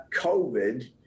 COVID